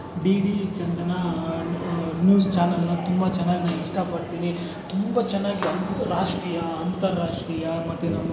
D D Chandana news ಚಾನೆಲ್ನ ತುಂಬ ಚೆನ್ನಾಗಿ ಇಷ್ಟಪಡ್ತೀನಿ ತುಂಬ ಚೆನ್ನಾಗಿ ರಾಷ್ಟೀಯ ಅಂತರಾಷ್ಟ್ರೀಯ ಮತ್ತೆ ನಮ್ಮ